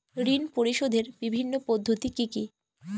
ঋণ পরিশোধের বিভিন্ন পদ্ধতি কি কি?